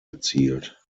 erzielt